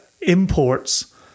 imports